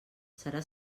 serà